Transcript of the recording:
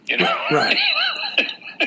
Right